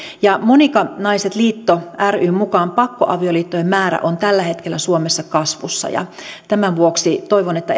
ja monika naiset liitto ryn mukaan pakkoavioliittojen määrä on tällä hetkellä suomessa kasvussa ja tämän vuoksi toivon että